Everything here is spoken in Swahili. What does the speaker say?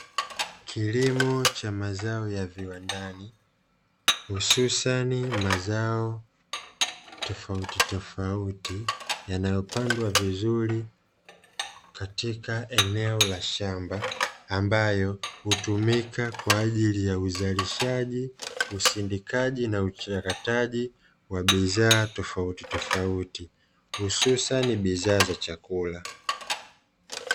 Kilimo cha mazao ya viwandani. Hususani mazao tofautitofauti yanayopandwa vizuri katika eneo la shamba, ambalo hutumika kwaajili ya uzalishaji, usindikaji na uchakataji wa bidhaa tofautitofauti, hususani bidhaa za chakula.